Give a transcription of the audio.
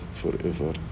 forever